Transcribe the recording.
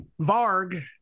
Varg